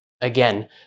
again